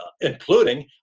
including